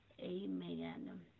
Amen